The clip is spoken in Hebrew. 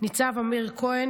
ניצב אמיר כהן,